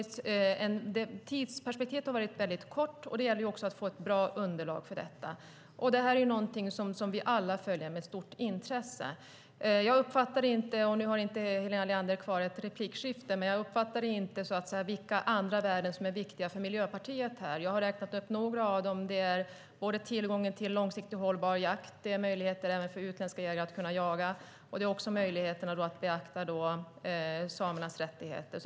Tidsperspektivet har varit väldigt kort, och det gäller att få ett bra underlag för detta. Det här är någonting som vi alla följer med stort intresse. Nu har inte Helena Leander någon replik kvar, men jag uppfattade inte vilka andra värden som är viktiga för Miljöpartiet. Jag har räknat upp några av dem, och det är tillgången till långsiktig och hållbar jakt, möjligheterna även för utländska jägare att jaga och möjligheterna att beakta samernas rättigheter.